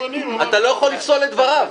אתה לא יכול לפסול את דבריו.